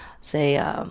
say